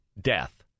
death